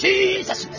Jesus